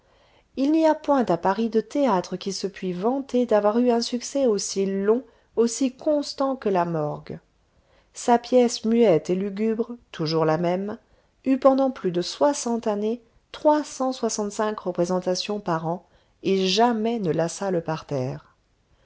il n'y a point à paris de théâtre qui se puis vanter d'avoir eu un succès aussi long aussi constant que la morgue sa pièce muette et lugubre toujours la même eut pendant plus de soixante années trois cent soixante-cinq représentations par an et jamais ne lassa le parterre